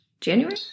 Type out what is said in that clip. January